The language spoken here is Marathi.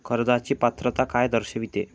कर्जाची पात्रता काय दर्शविते?